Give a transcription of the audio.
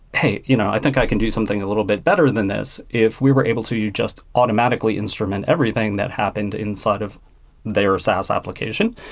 hey, you know i think i can do something a little bit better than this. if we were able to just automatically instrument everything that happened inside of their saas application,